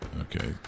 Okay